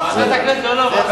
זה כבר עבר.